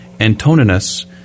Antoninus